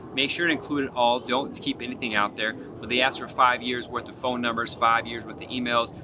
make sure to include it all. don't keep anything out there. but they ask for five years' worth of phone numbers, five years' worth of emails,